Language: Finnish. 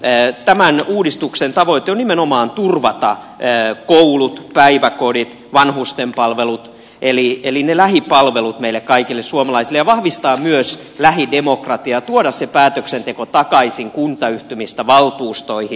tämän uudistuksen tavoite on nimenomaan turvata koulut päiväkodit vanhustenpalvelut eli lähipalvelut meille kaikille suomalaisille ja vahvistaa myös lähidemokratiaa ja tuoda se päätöksenteko takaisin kuntayhtymistä valtuustoihin